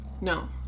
No